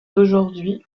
d’aujourd’hui